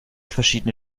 verschiedene